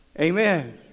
Amen